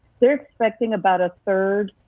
they're expecting about a third.